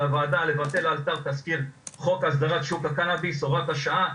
ממליצים לוועדה לבטל לאלתר את תזכיר חוק הסדרת שוק הקנאביס הוראת השעה,